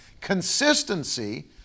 Consistency